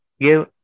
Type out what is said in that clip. Give